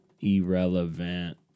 Irrelevant